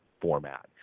format